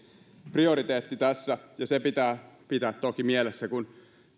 prioriteetti tässä ja se pitää pitää toki mielessä kun